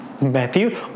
Matthew